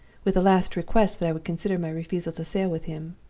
with a last request that i would consider my refusal to sail with him.